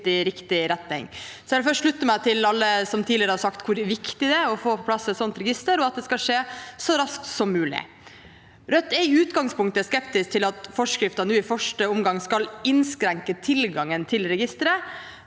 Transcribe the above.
slutte meg til alle som tidligere har sagt hvor viktig det er å få på plass et sånt register, og at det skal skje så raskt som mulig. Rødt er i utgangspunktet skeptisk til at forskriften nå i første omgang skal innskrenke tilgangen til registeret,